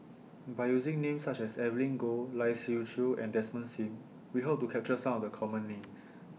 By using Names such as Evelyn Goh Lai Siu Chiu and Desmond SIM We Hope to capture Some of The Common Names